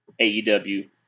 AEW